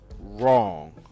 Wrong